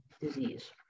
disease